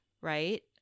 right